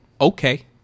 Okay